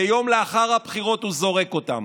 ויום לאחר הבחירות הוא זורק אותם.